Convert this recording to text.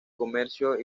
comercio